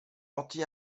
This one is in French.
anti